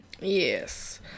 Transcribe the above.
Yes